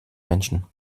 menschen